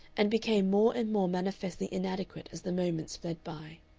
and became more and more manifestly inadequate as the moments fled by.